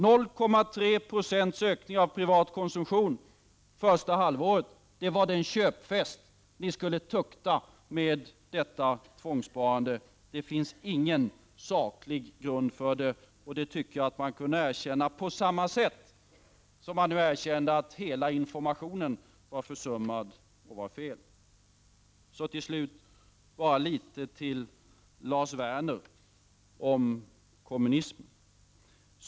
0,3 26 i ökning av privat konsumtion första halvåret i år är alltså den köpfest som ni skall tukta med detta tvångssparande. Det finns ingen saklig grund för det, och det tycker jag att ni kan erkänna på samma sätt som ni nu har erkänt att informationen om detta tvångssparande har försummats och varit felaktig. Låt mig så till sist säga något till Lars Werner om kommunismen.